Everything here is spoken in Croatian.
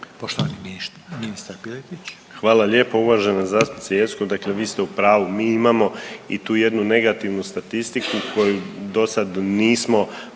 Marin (HDZ)** Hvala lijepo uvažena zastupnice Jeckov, dakle vi ste u pravu mi imamo i tu jednu negativnu statistiku koju dosad nismo